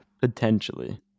potentially